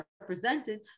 represented